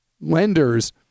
lenders